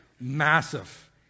massive